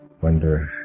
wonder